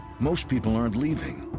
most people aren't leaving.